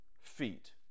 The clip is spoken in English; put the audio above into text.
feet